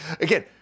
again